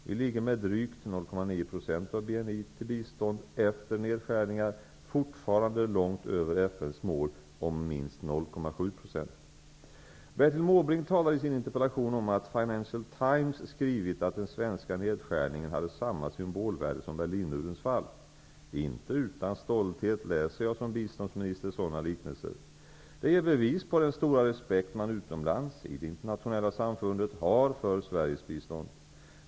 Vi ligger med drygt 0,9 % av BNI till bistånd efter nedskärningar fortfarande långt över FN:s mål om minst 0,7 %. Financial Times skrivit att den svenska nedskärningen hade samma symbolvärde som Berlinmurens fall. Inte utan stolthet läser jag som biståndsminister sådana liknelser. Det ger bevis på den stora respekt man utomlands, i det internationella samfundet, har för Sveriges bistånd.